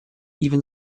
even